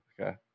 Okay